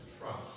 trust